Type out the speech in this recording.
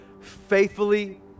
faithfully